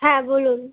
হ্যাঁ বলুন